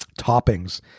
toppings